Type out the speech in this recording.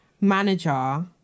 manager